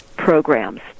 Programs